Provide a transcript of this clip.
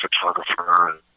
photographer